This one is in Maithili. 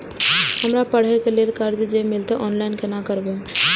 हमरा पढ़े के लेल कर्जा जे मिलते ऑनलाइन केना करबे?